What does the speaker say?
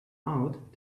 out